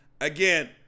again